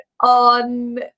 on